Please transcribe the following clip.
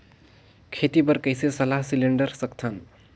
खेती बर कइसे सलाह सिलेंडर सकथन?